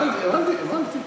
הבנתי, הבנתי.